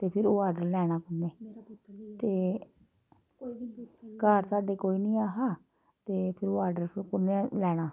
ते फिर ओह् आर्डर लैना कु'न्नै ते घर साढ़ै कोई नी ऐ हा ते फिर ओह आर्डर कु'न्नै लैना हा